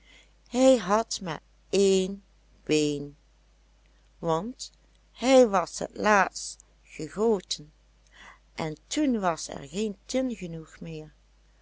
hij had maar één been want hij was het laatst gegoten en toen was er geen tin genoeg meer